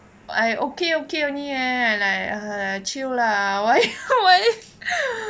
I okay okay only leh I like !aiya! chill lah why why